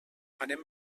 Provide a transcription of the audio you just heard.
anem